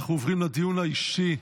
אנחנו עוברים לדיון האישי.